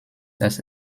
dass